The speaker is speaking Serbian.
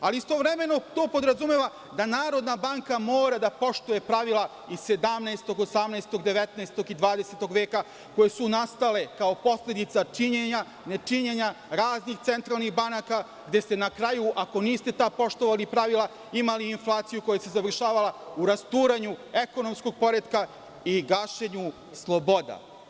Ali, istovremeno to podrazumeva da Narodna banka mora da poštuje pravila iz 17, 18, 19. i 20. veka, koje su nastale kao posledica činjenja, nečinjenja, raznih centralnih banaka, gde ste na kraju ako niste tad poštovali pravila imali inflaciju koja se završavala u rasturanju ekonomskog poretka i gašenju sloboda.